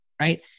right